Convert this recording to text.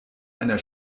einer